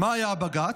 מה היה הבג"ץ?